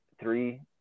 three